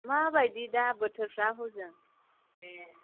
माबायदि दा बोथोरफ्रा हजों